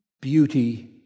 beauty